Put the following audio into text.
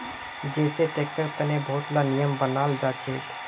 जै सै टैक्सेर तने बहुत ला नियम बनाल जाछेक